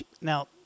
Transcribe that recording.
Now